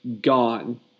gone